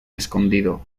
escondido